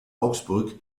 augsburg